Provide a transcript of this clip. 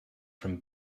from